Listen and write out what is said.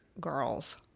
girls